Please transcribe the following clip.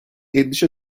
endişe